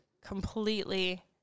Completely